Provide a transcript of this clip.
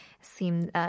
seem